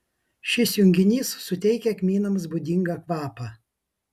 šis junginys suteikia kmynams būdingą kvapą